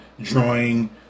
drawing